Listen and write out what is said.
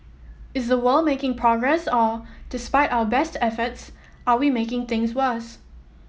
is the world making progress or despite our best efforts are we making things worse